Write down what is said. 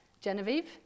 Genevieve